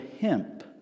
hemp